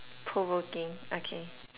provoking okay